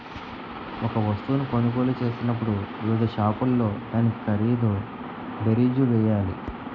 ఒక వస్తువును కొనుగోలు చేసినప్పుడు వివిధ షాపుల్లో దాని ఖరీదు బేరీజు వేయాలి